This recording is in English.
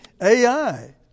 AI